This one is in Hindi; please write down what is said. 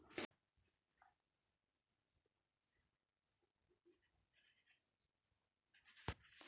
फूलों की खेती करने के बारे में समझाइये इसमें अधिक लाभ कैसे हो सकता है?